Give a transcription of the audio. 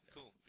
Cool